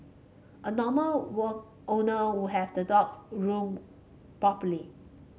a normal were owner would have the dogs groomed properly